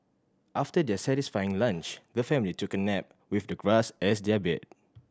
after their satisfying lunch the family took a nap with the grass as their bed